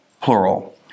plural